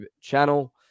channel